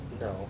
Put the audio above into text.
No